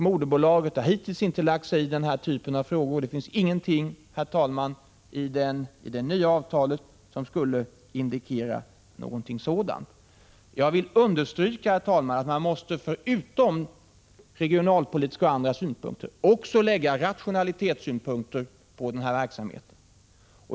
Moderbolaget har hittills inte lagt sig i den typen av frågor, och det finns inte heller någonting i det nya avtalet som indikerar att den skulle göra det i fortsättningen. Jag vill understryka, herr talman, att man förutom regionalpolitiska och andra synpunkter också måste anlägga rationalitetssynpunkter på verksamheten.